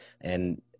And-